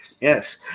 yes